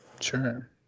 Sure